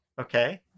Okay